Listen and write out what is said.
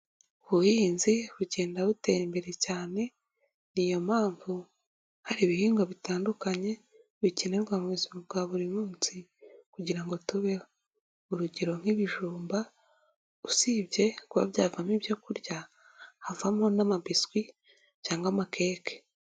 Ubuhinzi bugenda butera imbere cyane n'iyo mpamvu hari ibihingwa bitandukanye bikenerwa mu buzima bwa buri munsi kugira ngo tubeho, urugero nk'ibijumba usibye kuba byavamo ibyo kurya havamo n'amabiswi cyangwa amakeke.